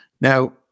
Now